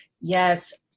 yes